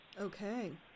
Okay